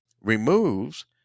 removes